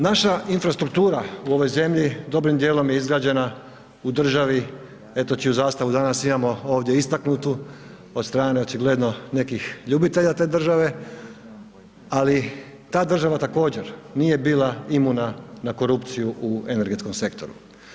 Naša infrastruktura u ovoj zemlji dobrim dijelom je izgrađena u državi eto čiju zastavu danas imamo ovdje istaknutu od strane očigledno nekih ljubitelja te države, ali ta država također nije bila imuna na korupciju u energetskom sektoru.